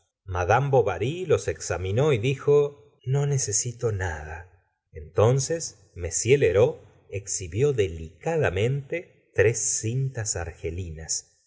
mad bovary los examinó y dijo no necesito nada entonces m lheureux exhibió delicadamente tres cintas argelinas